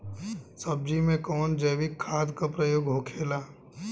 सब्जी में कवन जैविक खाद का प्रयोग होखेला?